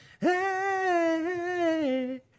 hey